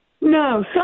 No